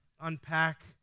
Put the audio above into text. unpack